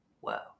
wow